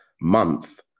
month